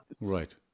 Right